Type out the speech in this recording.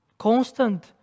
constant